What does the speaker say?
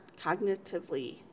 cognitively